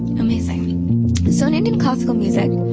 amazing. so in indian classic music,